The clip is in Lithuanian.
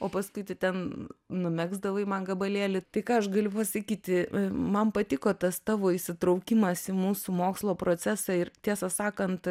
o paskui tu ten numegzdavo man gabalėlį tai ką aš galiu pasakyti man patiko tas tavo įsitraukimas į mūsų mokslo procesą ir tiesą sakant